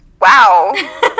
wow